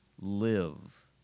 live